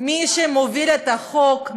מי שמוביל את החוק,